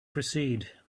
proceed